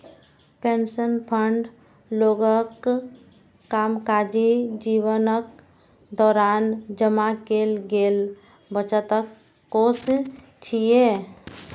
pension fund लोकक कामकाजी जीवनक दौरान जमा कैल गेल बचतक कोष छियै